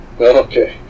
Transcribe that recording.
Okay